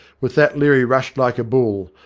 with that leary rushed like a bull,